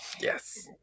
Yes